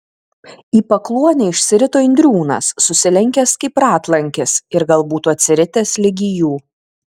į pakluonę išsirito indriūnas susilenkęs kaip ratlankis ir gal būtų atsiritęs ligi jų